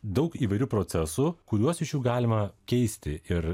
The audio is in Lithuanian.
daug įvairių procesų kuriuos iš jų galima keisti ir